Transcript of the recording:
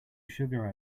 sugar